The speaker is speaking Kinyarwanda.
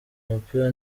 umupira